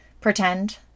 pretend